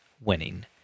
winning